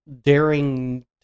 daring